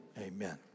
amen